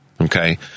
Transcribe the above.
Okay